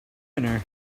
dinner